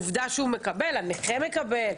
עובדה שהוא מקבל, הנכה מקבל.